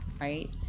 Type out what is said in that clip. right